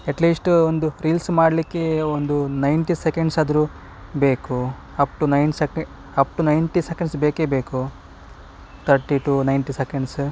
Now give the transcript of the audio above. ಎಟ್ least ಒಂದು reels ಮಾಡಲಿಕ್ಕೆ ಒಂದು ನೈಂಟಿ ಸೆಕೆಂಡ್ಸ್ ಆದರೂ ಬೇಕು up to nine second up to ninety seconds ಬೇಕೇ ಬೇಕು ತರ್ಟಿ ಟು ನೈಂಟಿ ಸೆಕೆಂಡ್ಸ್